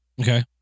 Okay